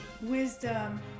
wisdom